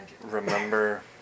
remember